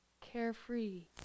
carefree